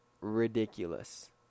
Ridiculous